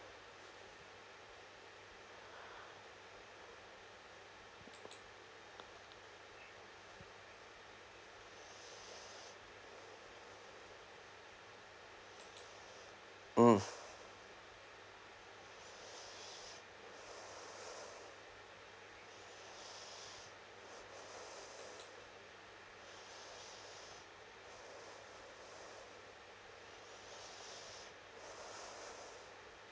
mm